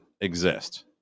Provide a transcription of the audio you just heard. exist